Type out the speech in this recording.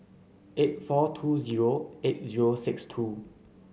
eight four two zero eight zero six two